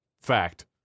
...fact